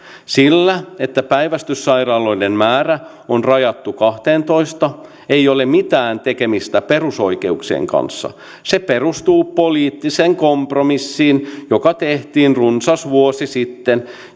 sillä että päivystyssairaaloiden määrä on rajattu kahteentoista ei ole mitään tekemistä perusoikeuksien kanssa se perustuu poliittiseen kompromissiin joka tehtiin runsas vuosi sitten